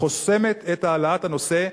חוסמת את העלאת הנושא לסדר-היום.